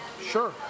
sure